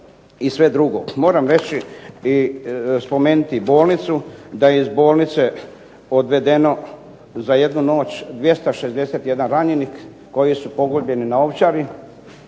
i sve drugo. Moram reći i spomenuti bolnicu, da je iz bolnice odvedeno za jednu noć 261 ranjenik koji su pogođeni na Ovčari,